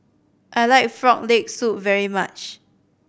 I like Frog Leg Soup very much